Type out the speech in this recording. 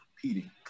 competing